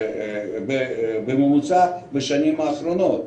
בממוצע, בשנים האחרונות.